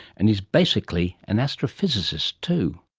and he's basically an astrophysicist too.